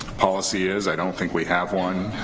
policy is. i don't think we have one.